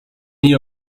ihr